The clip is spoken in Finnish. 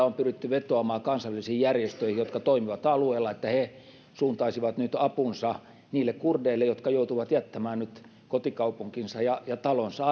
on pyritty vetoamaan kansallisiin järjestöihin jotka toimivat alueella että he suuntaisivat nyt apunsa niille kurdeille jotka joutuvat jättämään nyt kotikaupunkinsa ja ja talonsa